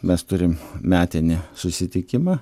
mes turim metinį susitikimą